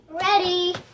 Ready